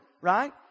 right